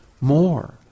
more